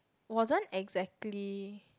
wasn't exactly